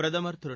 பிரதுர் திரு